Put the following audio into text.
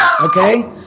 Okay